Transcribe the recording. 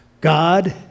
God